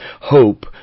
Hope